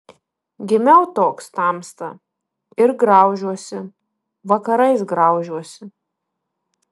gimiau toks tamsta ir graužiuosi vakarais graužiuosi